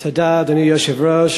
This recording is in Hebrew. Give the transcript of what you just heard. אדוני היושב-ראש,